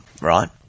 Right